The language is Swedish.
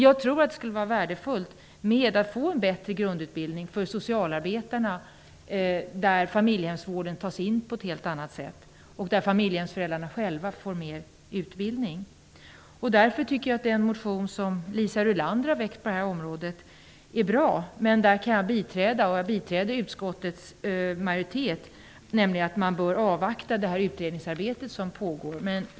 Jag tror dock att det skulle vara värdefullt att få en bättre grundutbildning för socialarbetarna, där familjehemsvården tas in på ett helt annat sätt och där familjehemsföräldrarna själva får mer utbildning. Därför tycker jag att den motion som Liisa Rulander har väckt på detta område är bra, vilken jag biträder. Jag biträder alltså utskottets majoritet i vad gäller att man bör avvakta det utredningsarbete som pågår.